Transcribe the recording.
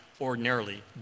ordinarily